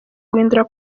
guhindura